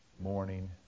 morning